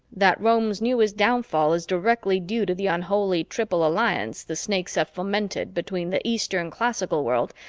that rome's newest downfall is directly due to the unholy triple alliance the snakes have fomented between the eastern classical world,